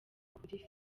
kuri